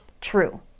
true